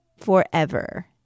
forever